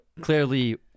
clearly